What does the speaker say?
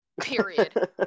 Period